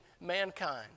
mankind